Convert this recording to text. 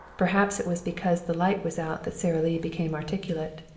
perhaps it was because the light was out that sara lee became articulate.